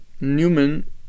Newman